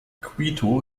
quito